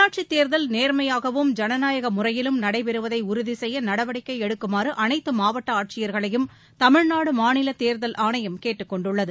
உள்ளாட்சித் தேர்தல் நேர்மையாகவும் ஜனநாயக முறையிலும் நடைபெறுவதை உறுதிசெய்ய நடவடிக்கை எடுக்குமாறு அனைத்து மாவட்ட ஆட்சியா்களையும் தமிழ்நாடு மாநில தேர்தல் ஆணையம் கேட்டுக்கொண்டுள்ளது